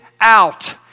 out